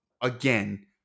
again